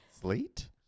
Sleet